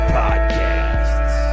podcasts